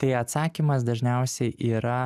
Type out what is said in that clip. tai atsakymas dažniausiai yra